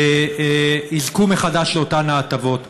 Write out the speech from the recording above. יזכו מחדש לאותן ההטבות.